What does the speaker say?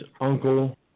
uncle